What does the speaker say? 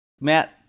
Matt